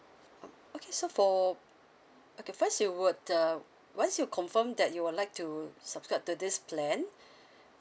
oh okay so for okay first you would uh once you confirm that you would like to subscribe to this plan